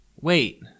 Wait